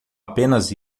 apenas